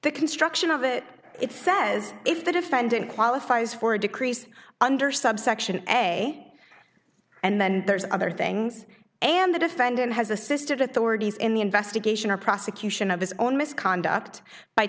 the construction of it it says if the defendant qualifies for a decrease under subsection a and then there's other things and the defendant has assisted authorities in the investigation or prosecution of his own misconduct by